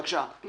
בבקשה.